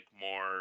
more